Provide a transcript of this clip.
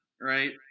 right